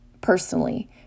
personally